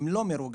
אם לא מרוגשים,